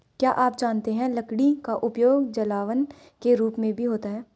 क्या आप जानते है लकड़ी का उपयोग जलावन के रूप में भी होता है?